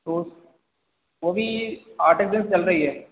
तो वह भी आर्टिफ़िशियल चल रही है